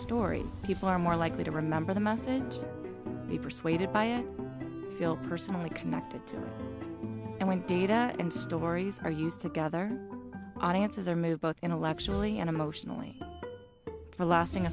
story people are more likely to remember the message he persuaded by i feel personally connected to and when data and stories are used to gather audiences or move both intellectually and emotionally for a lasting